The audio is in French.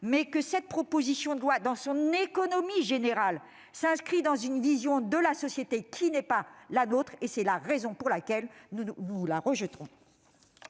intérêt, cette proposition de loi dans son économie générale traduit une vision de la société qui n'est pas la nôtre. C'est la raison pour laquelle nous la rejetterons